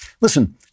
listen